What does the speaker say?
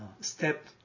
Step